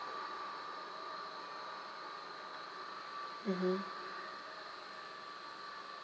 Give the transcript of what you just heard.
mmhmm